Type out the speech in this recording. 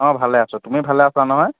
অঁ ভালে আছোঁ তুমি ভালে আছা নহয়